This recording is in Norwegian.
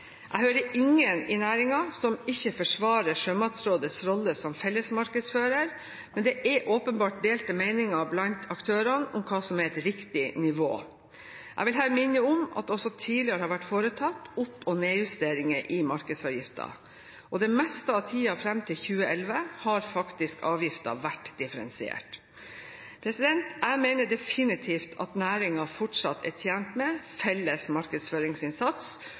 Jeg hører ingen i næringen som ikke forsvarer Sjømatrådets rolle som fellesmarkedsfører, men det er åpenbart delte meninger blant aktørene om hva som er riktig nivå. Jeg vil her minne om at det også tidligere har vært foretatt opp- og nedjusteringer i markedsavgiften, og det meste av tiden fram til 2011 har faktisk avgiften vært differensiert. Jeg mener definitivt at næringen fortsatt er tjent med felles markedsføringsinnsats,